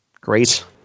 great